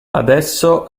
adesso